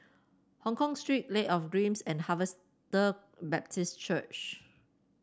Hongkong Street Lake of Dreams and Harvester Baptist Church